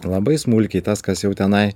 labai smulkiai tas kas jau tenai